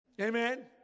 Amen